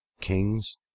Kings